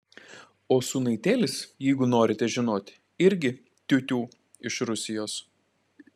o sūnaitėlis jeigu norite žinoti irgi tiutiū iš rusijos